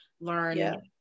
learn